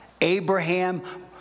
Abraham